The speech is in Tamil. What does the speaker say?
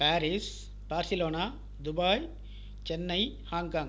Paris Barcelona Dubai Chennai Hong Kong